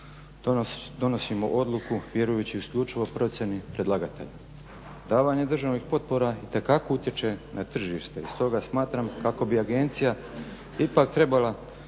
donosimo odluku vjerujući isključivo procjeni predlagatelja. Davanje državnih potpora itekako utječe na tržište. I stoga smatram kako bi agencija ipak trebala